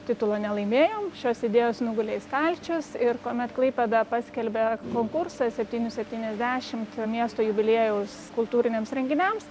titulo nelaimėjom šios idėjos nugulė į stalčius ir kuomet klaipėda paskelbė konkursą septynių septyniasdešimt miesto jubiliejaus kultūriniams renginiams